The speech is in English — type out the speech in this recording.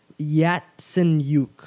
Yatsenyuk